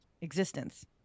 existence